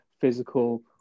physical